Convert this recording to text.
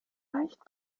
leicht